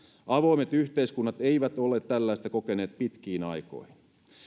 avoimet yhteiskunnat eivät ole tällaista kokeneet pitkiin aikoihin